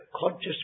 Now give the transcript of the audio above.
conscious